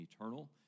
eternal